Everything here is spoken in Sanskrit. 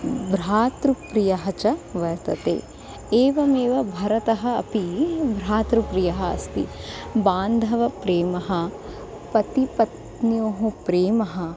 भ्रातृप्रियः च वर्तते एवमेव भरतः अपि भ्रातृप्रियः अस्ति बान्धवप्रेमः पतिपत्न्योः प्रेम